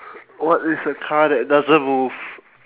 what is a car that doesn't move